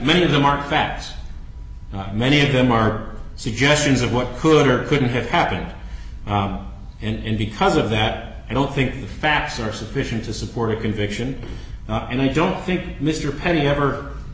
many of them are facts and many of them are suggestions of what could or couldn't have happened and because of that i don't think the facts are sufficient to support a conviction and i don't think mr perry ever